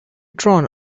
drawn